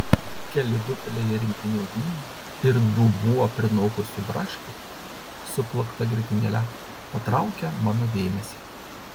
keli buteliai rinktinio vyno ir dubuo prinokusių braškių su plakta grietinėle patraukia mano dėmesį